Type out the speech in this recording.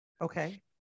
Okay